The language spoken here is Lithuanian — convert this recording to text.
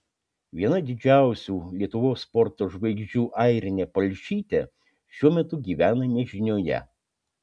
viena didžiausių lietuvos sporto žvaigždžių airinė palšytė šiuo metu gyvena nežinioje